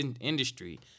industry